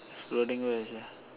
exploding where sia